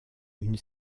une